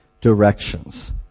directions